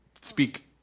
speak